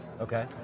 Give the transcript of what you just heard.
Okay